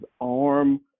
arm